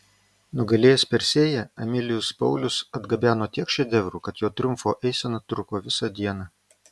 nugalėjęs persėją emilijus paulius atgabeno tiek šedevrų kad jo triumfo eisena truko visą dieną